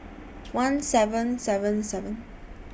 one seven seven seven